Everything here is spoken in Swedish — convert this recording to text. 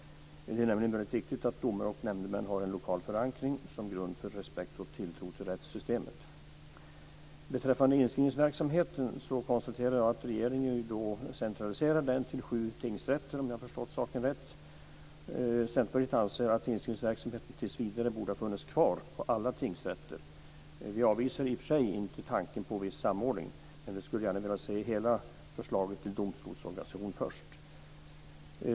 Det är nämligen väldigt viktigt att domare och nämndemän har en lokal förankring som grund för respekt och tilltro till rättssystemet. Beträffande inskrivningsverksamheten konstaterar jag att regeringen centraliserar denna till sju tingsrätter, om jag förstått saken rätt. Centerpartiet anser att inskrivningsverksamheten tills vidare borde ha funnits kvar vid alla tingsrätter. Vi avvisar i och för sig inte tanken på viss samordning, men vi skulle gärna vilja se hela förslaget till domstolsorganisation först.